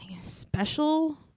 special